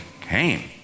came